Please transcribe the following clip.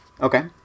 Okay